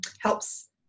helps